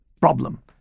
problem